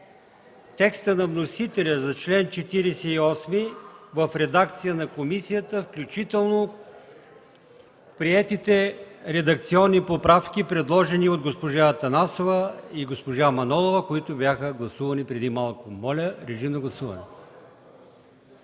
текста на вносителя за чл. 48 в редакция на комисията, включително приетите редакционни поправки, предложени от госпожа Атанасова и госпожа Манолова, които бяха гласувани преди малко. Гласували